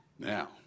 Now